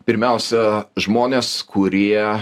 pirmiausia žmonės kurie